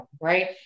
right